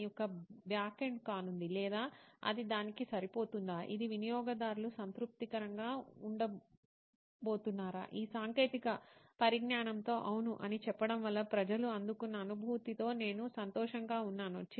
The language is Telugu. దాని యొక్క బ్యాకెండ్ కానుంది లేదా అది దానికి సరిపోతుందా ఇది వినియోగదారులు సంతృప్తికరంగా ఉండబోతున్నారా ఈ సాంకేతిక పరిజ్ఞానంతో అవును అని చెప్పడం వల్ల ప్రజలు అందుకున్న అనుభూతితో నేను సంతోషంగా ఉన్నాను